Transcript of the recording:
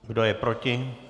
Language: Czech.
Kdo je proti?